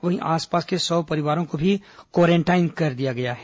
वहीं आसपास के सौ परिवारों को भी क्वारेंटाईन कर दिया गया है